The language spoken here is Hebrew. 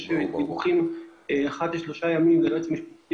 יש אחת לשלושה ימים דיווחים ליועץ המשפטי